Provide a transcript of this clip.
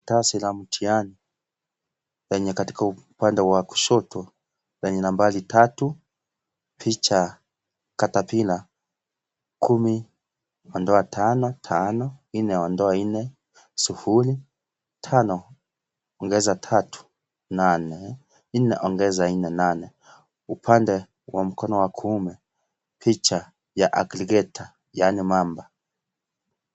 Karatasi la mtiani lenye katika upande wa kushoto lenye nambari tatu, picha ,katapila, kumi ondoa tano tano ,,nne ondoa nne sufuri, tano ongeza tatu nne ,nne ongeza nane nane. Upande wa mkono wa kuume picha ya agirigeta yaani mamba.